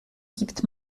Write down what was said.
gibt